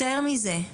יותר מזה,